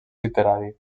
literari